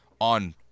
on